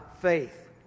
faith